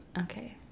Okay